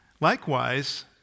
Likewise